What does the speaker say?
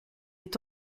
est